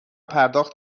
پرداخت